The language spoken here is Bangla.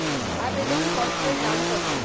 আবেদন পত্রের দাম কত?